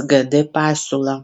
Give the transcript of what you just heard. sgd pasiūlą